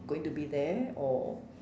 going to be there or